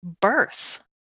birth